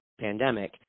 pandemic